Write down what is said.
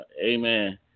amen